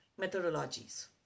methodologies